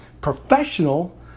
professional